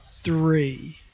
three